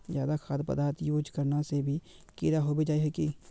ज्यादा खाद पदार्थ यूज करना से भी कीड़ा होबे जाए है की?